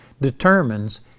determines